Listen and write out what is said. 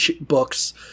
books